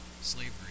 slavery